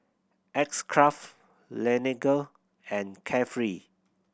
X Craft Laneige and Carefree